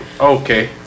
Okay